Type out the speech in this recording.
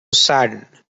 saddened